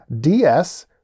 DS